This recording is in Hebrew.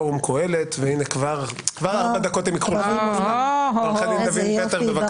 אני אבוא בדברים עם נציגי האופוזיציה בנושא הזה.